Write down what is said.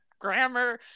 grammar